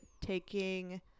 taking